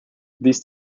these